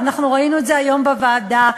קוראים לזה הישרדות פוליטית.